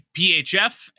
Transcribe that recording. phf